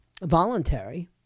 voluntary